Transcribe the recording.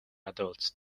adults